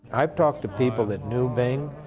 i've talked to people that knew bing,